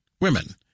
women